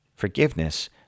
Forgiveness